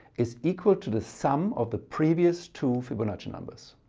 is equal to the sum of the previous two fibonacci numbers.